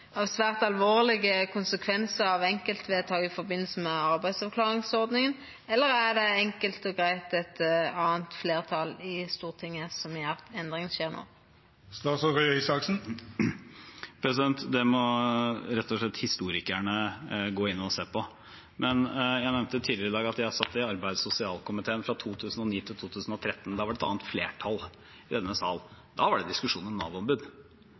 enkeltvedtak i samband med arbeidsavklaringsordninga? Eller er det enkelt og greitt eit anna fleirtal i Stortinget som gjer at endringane skjer no? Det må rett og slett historikerne gå inn og se på. Men jeg nevnte tidligere i dag at jeg satt i arbeids- og sosialkomiteen fra 2009 til 2013. Da var det et annet flertall i denne salen. Da var det diskusjoner om Nav-ombud. Så det er ikke sånn at diskusjonen om